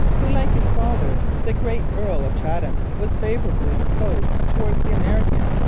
who, like his father, the great earl of chatham, was favourably disposed towards the americans,